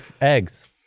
eggs